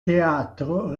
teatro